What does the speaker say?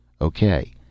Okay